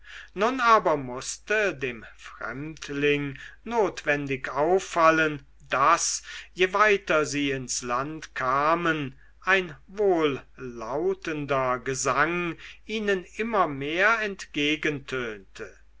nun aber mußte dem fremdling notwendig auffallen daß je weiter sie ins land kamen ein wohllautender gesang ihnen immer mehr